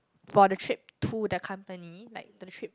for the trip to the company like the trip